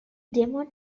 demo